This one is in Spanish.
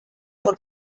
por